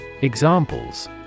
Examples